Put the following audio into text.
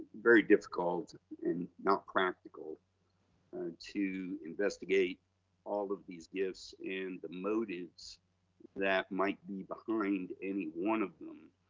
very difficult and not practical to investigate all of these gifts and the motives that might be behind any one of them.